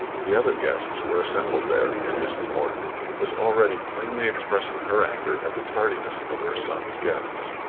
the other guests were assembled there, and mrs. morton was already plainly expressing her anger at the tardiness of her son's guests.